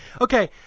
Okay